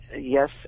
yes